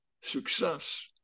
success